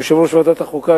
ליושב-ראש ועדת החוקה,